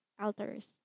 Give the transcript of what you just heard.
altars